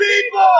people